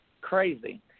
crazy